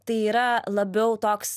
tai yra labiau toks